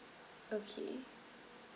okay